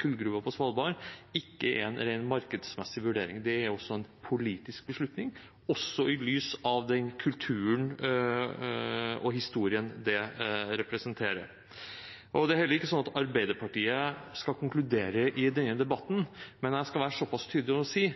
kullgruver på Svalbard, ikke er en ren markedsmessig vurdering. Det er også en politisk beslutning – også i lys av den kulturen og historien det representerer. Det er heller ikke sånn at Arbeiderpartiet skal konkludere i denne debatten, men jeg skal være såpass tydelig